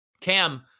Cam